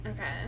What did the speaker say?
Okay